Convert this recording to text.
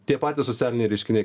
tie patys socialiniai reiškiniai